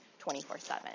24-7